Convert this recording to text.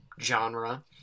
genre